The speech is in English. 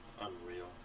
Unreal